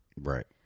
Right